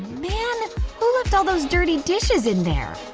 man! who left all those dirty dishes in there?